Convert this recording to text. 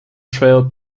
trail